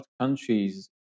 countries